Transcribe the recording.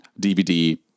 dvd